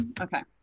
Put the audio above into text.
Okay